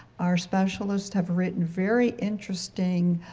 our specialists have written very interesting,